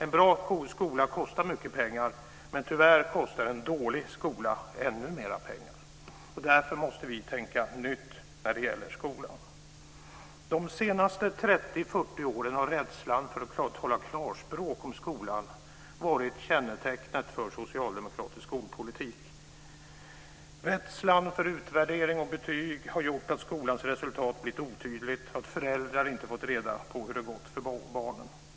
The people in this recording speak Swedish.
En bra skola kostar mycket pengar, men tyvärr kostar en dålig skola ännu mer pengar. Därför måste vi tänka nytt när det gäller skolan. De senaste 30-40 åren har rädslan för att tala klarspråk om skolan varit kännetecknet för socialdemokratisk skolpolitik. Rädslan för utvärdering och betyg har gjort att skolans resultat blivit otydligt, att föräldrar inte fått reda på hur det har gått för barnen.